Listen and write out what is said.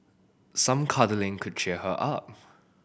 some cuddling could cheer her up